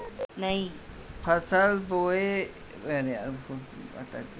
फसल बने होए बर धरती मईया के पूजा करथे अउ ओला जोहारथे